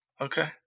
Okay